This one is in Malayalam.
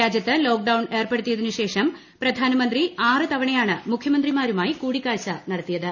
രാജ്യത്ത് ലോക്ഡൌൺ ഏർപ്പെടുത്തിയതിന് ശേഷം പ്രധാനമന്ത്രി ആറ് തവണയാണ് മുഖ്യമന്ത്രിമാരുമായി കൂടിക്കാഴ്ച നടത്തിയത്